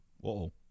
Whoa